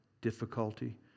difficulty